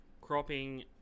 cropping